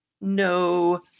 no